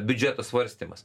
biudžeto svarstymas